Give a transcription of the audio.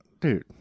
Dude